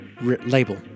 label